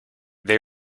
they